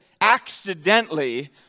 accidentally